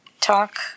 talk